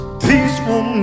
peaceful